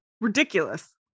ridiculous